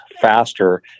faster